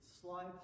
slide